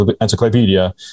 encyclopedia